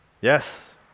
Yes